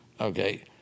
Okay